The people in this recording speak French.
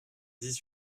dix